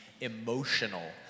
emotional